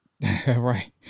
Right